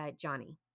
Johnny